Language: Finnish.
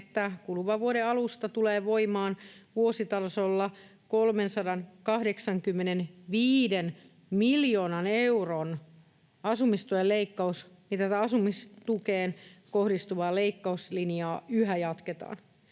että kuluvan vuoden alusta tulee voimaan vuositasolla 385 miljoonan euron asumistuen leikkaus, tätä asumistukeen kohdistuvaa leikkauslinjaa yhä jatketaan.